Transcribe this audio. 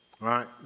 Right